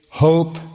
hope